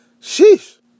Sheesh